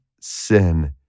sin